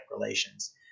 relations